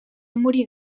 morir